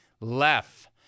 Left